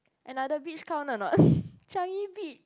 another beach count or not Changi-Beach